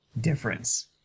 difference